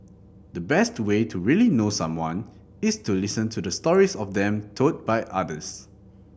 the best way to really know someone is to listen to the stories of them told by others